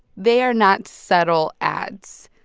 they are not subtle ads.